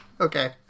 Okay